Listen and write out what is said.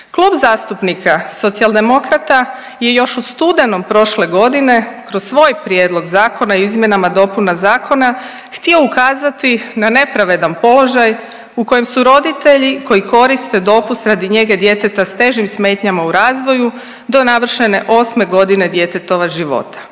Klub zastupnika Socijaldemokrata je još u studenom prošle godine kroz svoj Prijedlog zakona o izmjenama i dopuna zakona htio ukazati na nepravedan položaj u kojem su roditelji koji koriste dopust radi njege djeteta s težim smetnjama u razvoju do navršene osme godine djetetova života.